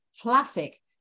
classic